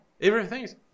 everything's